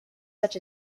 such